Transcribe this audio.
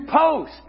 post